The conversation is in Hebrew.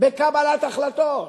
בקבלת החלטות,